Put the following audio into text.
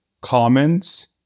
comments